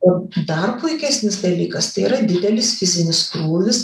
o dar puikesnis dalykas tai yra didelis fizinis krūvis